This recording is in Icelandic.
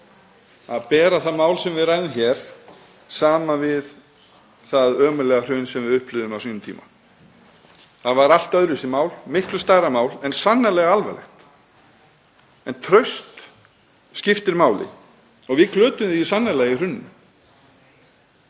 að bera það mál sem við ræðum hér saman við það ömurlega hrun sem við upplifðum á sínum tíma? Það var allt öðruvísi mál, miklu stærra mál en sannarlega alvarlegt. Traust skiptir máli og við glötuðum því sannarlega í hruninu.